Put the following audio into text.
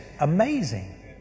amazing